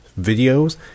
videos